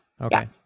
Okay